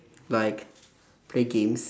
like play games